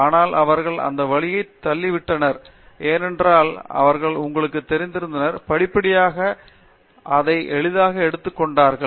ஆனால் அவர்கள் அந்த வழியைத் தள்ளிவிட்டனர் ஏனென்றால் அவர்கள் உங்களுக்குத் தெரிந்திருந்தனர் படிப்படியாக அதை எளிதாக எடுத்துக் கொண்டார்கள்